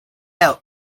out